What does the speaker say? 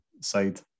side